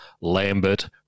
Lambert